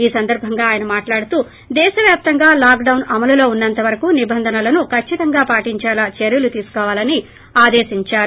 ఈ సందర్బంగా ఆయన మాట్లాడుతూ దేశవ్యాప్తంగా లాక్ డౌస్ అమలులో ఉన్న ంతవరకు నిబంధనలను కచ్చితంగా పాటించేలా చర్యలు తీసుకోవాలని ఆదేశిందారు